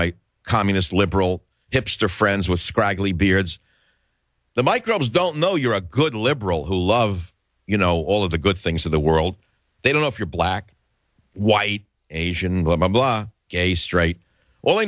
my communist liberal hipster friends with scraggly beards the microbes don't know you're a good liberal who love you know all of the good things of the world they don't know if you're black white asian but my blood gay straight all i